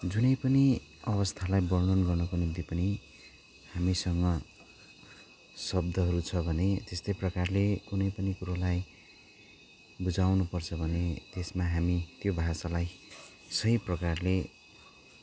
जुनै पनि अवस्थालाई वर्णन गर्नको निम्ति पनि हामीसँग शब्दहरू छ भने त्यस्तै प्रकारले कुनै पनि कुरोलाई बुझाउनु पर्छ भने त्यसमा हामी त्यो भाषालाई सही प्रकारले